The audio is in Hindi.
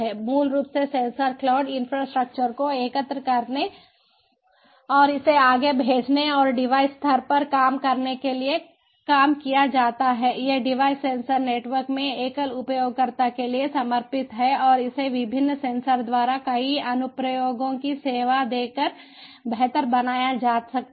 मूल रूप से सेंसर क्लाउड इंफ्रास्ट्रक्चर को एकत्र करने और इसे आगे भेजने और डिवाइस स्तर पर काम करने के लिए काम किया जाता है ये डिवाइस सेंसर नेटवर्क में एकल उपयोगकर्ता के लिए समर्पित हैं और इसे विभिन्न सेंसर द्वारा कई अनुप्रयोगों की सेवा देकर बेहतर बनाया जा सकता है